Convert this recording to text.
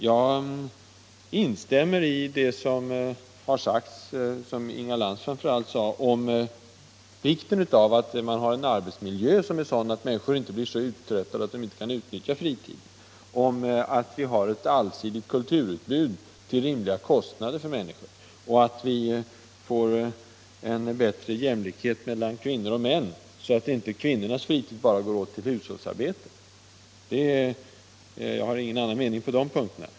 Jag instämmer i det som har sagts — framför allt av Inga Lantz — om vikten av att man har en arbetsmiljö som är sådan att människor inte blir så uttröttade att de inte kan utnyttja fritiden, att vi har ett allsidigt kulturutbud till rimliga kostnader för människorna och att vi får en bättre jämlikhet mellan kvinnor och män, så att inte kvinnornas fritid bara går åt till hushållsarbete. Jag har alltså ingen annan mening på de punkterna.